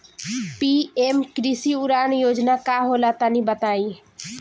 PM कृषि उड़ान योजना का होला तनि बताई?